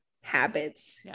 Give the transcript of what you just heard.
habits